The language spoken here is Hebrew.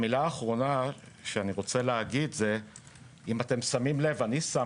המילה האחרונה שאני רוצה להגיד זה משהו שאני שם